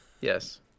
yes